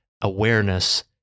awareness